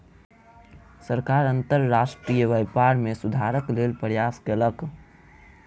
सरकार अंतर्राष्ट्रीय व्यापार में सुधारक लेल प्रयास कयलक